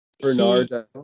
Bernardo